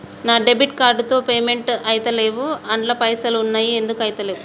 నా debit card తో payment ఐతలేవ్ అండ్ల పైసల్ ఉన్నయి ఎందుకు ఐతలేవ్?